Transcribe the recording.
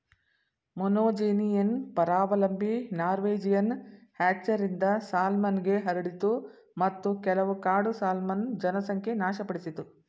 monogenean ಪರಾವಲಂಬಿ Norwegian ಹ್ಯಾಚರಿಂದ ಸಾಲ್ಮನ್ಗೆ ಹರಡಿತು ಮತ್ತು ಕೆಲವು ಕಾಡು ಸಾಲ್ಮನ್ ಜನಸಂಖ್ಯೆ ನಾಶಪಡಿಸಿತು